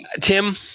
Tim